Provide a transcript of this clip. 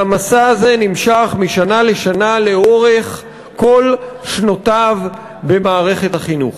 והמסע הזה נמשך משנה לשנה לאורך כל שנותיו במערכת החינוך.